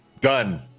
Done